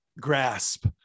grasp